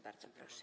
Bardzo proszę.